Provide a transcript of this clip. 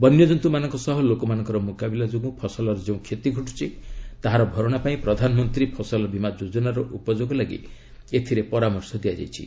ବନ୍ୟଜନ୍ତୁମାନଙ୍କ ସହ ଲୋକମାନଙ୍କର ମୁକାବିଲା ଯୋଗୁଁ ଫସଲର ଯେଉଁ କ୍ଷତି ଘଟୁଛି ତାହାର ଭରଣା ପାଇଁ ପ୍ରଧାନମନ୍ତ୍ରୀ ଫସଲ ବୀମା ଯୋଜନାର ଉପଯୋଗ ଲାଗି ଏଥିରେ ପରାମର୍ଶ ଦିଆଯାଇଛି